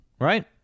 Right